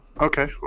okay